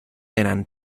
eran